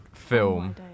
Film